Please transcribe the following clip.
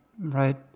Right